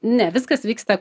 ne viskas vyksta